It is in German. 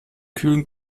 kühlen